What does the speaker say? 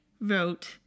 wrote